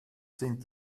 sind